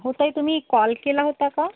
हो ताई तुम्ही कॉल केला होता का